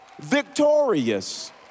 victorious